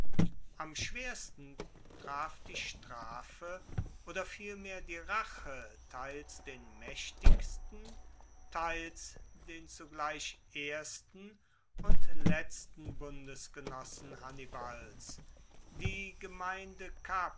am schwersten traf die strafe oder vielmehr die rache teils den maechtigsten teils den zugleich ersten und letzten bundesgenossen hannibals die gemeinde capua